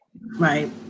Right